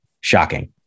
shocking